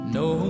no